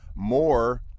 more